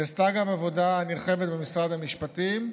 נעשתה גם עבודה נרחבת במשרד המשפטים,